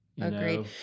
Agreed